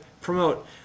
promote